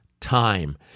time